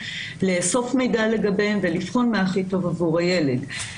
לאסוף מידע לגביהם ולבחון מה הכי טוב עבור הילד.